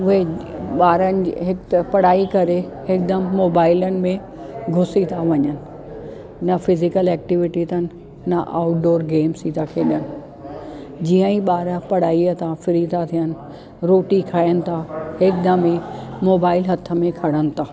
उहे ॿारनि हिकु त पढ़ाई करे हिकदमि मोबाइलनि में घुसी था वञनि न फिजिकल एक्टिविटी अथन न आउट डोर गेम्स ई था खेॾनि जीअं ई ॿार पढ़ाईअ ता फ्री था थियनि रोटी खाइनि था हिकदमि ई मोबाइल हथ में खणण था